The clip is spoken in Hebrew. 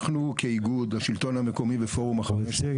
אנחנו כאיגוד השלטון המקומי ופורום ה-15 --- גם